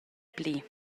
pli